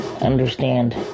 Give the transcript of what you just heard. understand